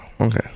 okay